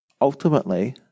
ultimately